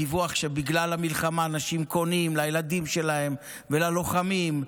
דיווח שבגלל המלחמה האנשים קונים לילדים שלהם וללוחמים,